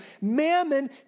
Mammon